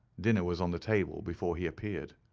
dinner was on the table before he appeared.